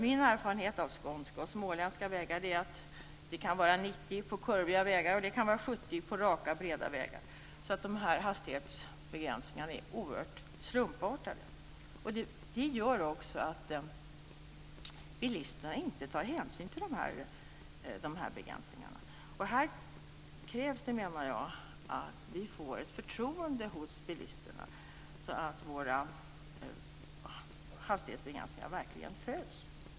Min erfarenhet av skånska och småländska vägar är att det kan vara 90 på kurviga vägar och 70 på raka breda vägar, så de här hastighetsbegränsningarna är oerhört slumpartade. Det gör också att bilisterna inte tar hänsyn till de här begränsningarna. Jag menar att det krävs att vi får ett förtroende hos bilisterna, så att våra hastighetsbegränsningar verkligen följs.